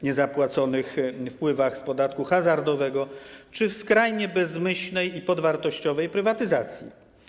niezapłaconych wpływów z podatku hazardowego czy skrajnie bezmyślnej i podwartościowej prywatyzacji.